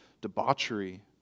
debauchery